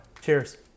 cheers